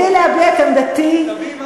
תביעי מה שאת רוצה.